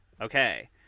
Okay